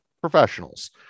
Professionals